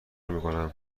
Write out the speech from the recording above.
میکنم